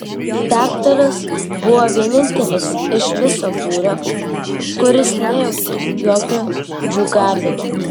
daktaras buvo vienintelis iš viso būrio kuris nejautė jokio džiūgavimo